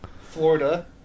Florida